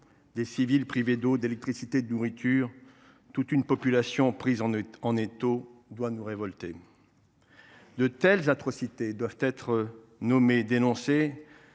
des civils privés d’eau, d’électricité et de nourriture, toute une population prise en étau, cela doit nous révolter. De telles atrocités doivent être nommées et dénoncées.